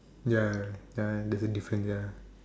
ya ya there's a difference ya